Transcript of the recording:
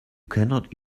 cannot